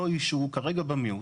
אותו איש שהוא כרגע במיעוט,